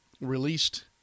released